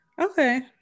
okay